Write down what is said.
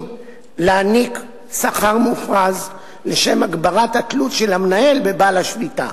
להעניק שכר מופרז לשם הגברת התלות של המנהל בבעל השליטה,